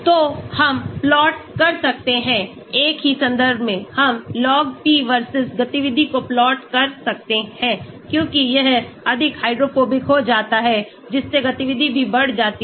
तो हम प्लॉट कर सकते हैं एक ही संदर्भ में हम log p versus गतिविधि को प्लॉट कर सकते हैं क्योंकि यह अधिक हाइड्रोफोबिक हो जाता है जिससे गतिविधि भी बढ़ जाती है